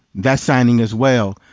that signing as well.